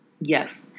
Yes